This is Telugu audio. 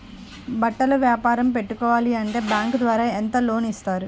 బట్టలు వ్యాపారం పెట్టుకోవాలి అంటే బ్యాంకు ద్వారా ఎంత లోన్ ఇస్తారు?